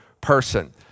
person